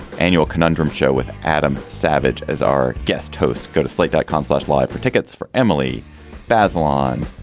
annual conundrum show with adam savage as our guest host go to slate that complex live. for tickets for emily babylon.